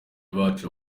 bacu